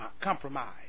compromise